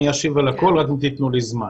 אני אשיב על הכול אם תיתנו לי זמן.